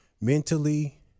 mentally